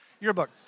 Yearbook